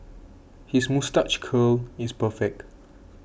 his moustache curl is perfect